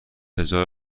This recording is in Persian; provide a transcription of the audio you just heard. هزار